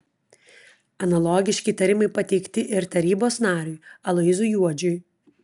analogiški įtarimai pateikti ir tarybos nariui aloyzui juodžiui